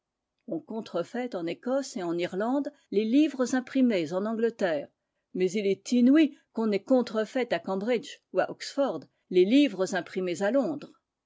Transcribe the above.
on contrefait en écosse et en irlande les livres imprimés en angleterre mais il est inouï qu'on ait contrefait à cambridge ou à oxford les livres imprimés à londres